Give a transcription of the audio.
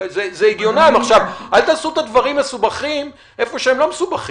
אל תעשו את הדברים מסובכים איפה שהם לא מסובכים.